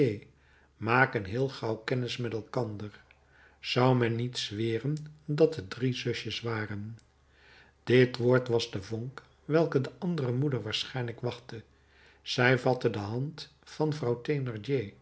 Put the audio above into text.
maken heel gauw kennis met elkander zou men niet zweren dat t drie zusjes waren dit woord was de vonk welke de andere moeder waarschijnlijk wachtte zij vatte de hand van vrouw